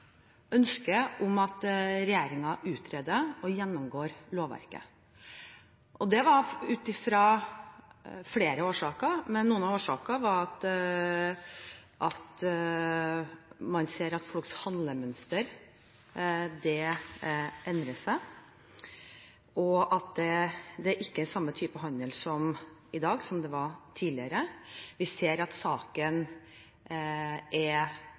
om at regjeringen utreder og gjennomgår lovverket. Det var ut fra flere årsaker, men noen årsaker var at man ser at folks handlemønster endrer seg, og at det ikke er samme type handel i dag som det var tidligere. Vi ser at saken er